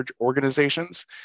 organizations